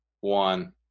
one